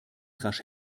rasch